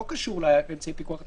לא קשור לאמצעי הפיקוח הטכנולוגי,